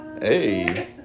Hey